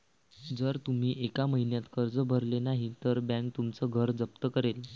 जर तुम्ही एका महिन्यात कर्ज भरले नाही तर बँक तुमचं घर जप्त करेल